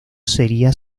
sería